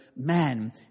man